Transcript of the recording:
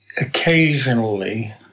occasionally